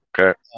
Okay